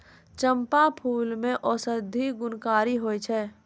चंपा फूल मे औषधि गुणकारी होय छै